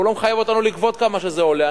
אבל הוא לא מחייב אותנו לגבות כמה שזה עולה.